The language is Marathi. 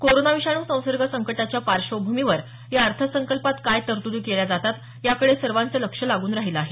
कोरोना विषाणू संसर्ग संकटाच्या पार्श्वभूमीवर या अर्थसंकल्पात काय तर्तुदी केल्या जातात याकडे सर्वांचं लक्ष लागून राहिलं आहे